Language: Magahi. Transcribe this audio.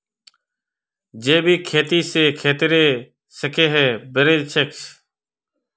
जैविक खेती स खेतेर सेहत बढ़छेक